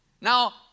Now